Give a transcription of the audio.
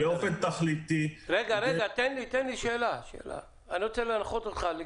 אני רוצה להנחות אותך.